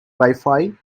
wifi